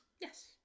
Yes